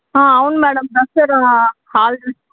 అవును madam dress ఏదో halls